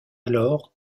alors